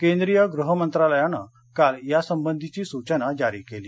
केंद्रीय गृह मंत्रालयानं काल याबाबतघी सूचना जारी केली